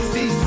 See